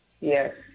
Yes